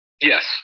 Yes